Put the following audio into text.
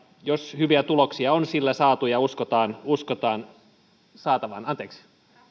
jos hyviä tuloksia on sillä saatu ja uskotaan uskotaan saatavan